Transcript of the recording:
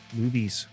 movies